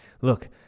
look